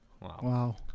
Wow